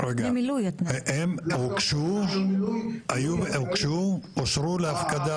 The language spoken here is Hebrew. הוגשו, אושרו להפקדה